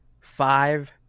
five